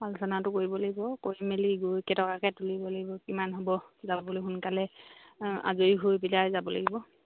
আলচনাটো কৰিব লাগিব কৰি মেলি গৈ কেইটকাকৈ তুলিব লাগিব কিমান হ'ব যাবলৈ সোনকালে আজৰি হৈ পেলাই যাব লাগিব